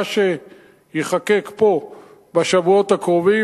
מה שייחקק פה בשבועות הקרובים,